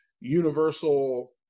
universal